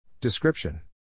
Description